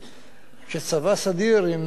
כשצבא סדיר עם,